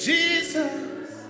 Jesus